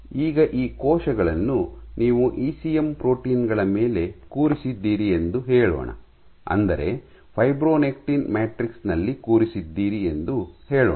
ಈಗ ಈ ಕೋಶಗಳನ್ನು ನೀವು ಇಸಿಎಂ ಪ್ರೋಟೀನ್ ಗಳ ಮೇಲೆ ಕೂರಿಸಿದ್ದೀರಿ ಎಂದು ಹೇಳೋಣ ಅಂದರೆ ಫೈಬ್ರೊನೆಕ್ಟಿನ್ ಮ್ಯಾಟ್ರಿಕ್ಸ್ ನಲ್ಲಿ ಕೂರಿಸಿದ್ದೀರಿ ಎಂದು ಹೇಳೋಣ